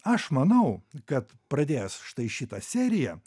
aš manau kad pradėjęs štai šitą seriją